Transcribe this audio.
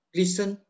listen